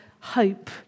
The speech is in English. hope